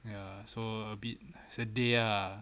ya so a bit sedih ah